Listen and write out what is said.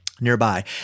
Nearby